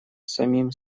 самим